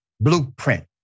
blueprint